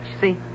see